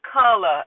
color